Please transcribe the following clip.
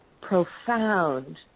profound